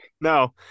No